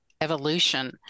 evolution